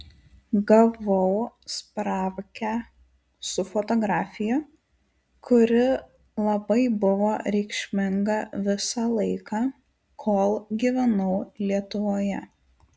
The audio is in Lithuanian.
gavau spravkę su fotografija kuri labai buvo reikšminga visą laiką kol gyvenau lietuvoje